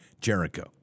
Jericho